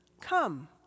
Come